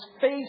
face